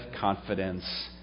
confidence